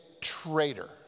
traitor